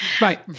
Right